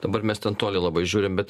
dabar mes ten toli labai žiūrim bet